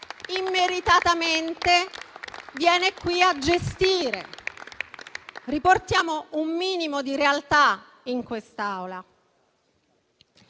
immeritatamente viene qui a gestire. Riportiamo un minimo di realtà in quest'Aula.